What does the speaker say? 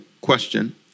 question